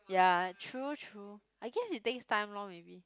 ya true true I guess it takes time lor maybe